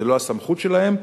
זאת לא הסמכות שלהם,